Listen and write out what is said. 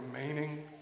remaining